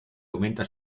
aumenta